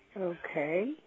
okay